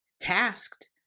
tasked